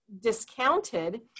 discounted